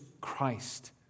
Christ